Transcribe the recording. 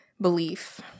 belief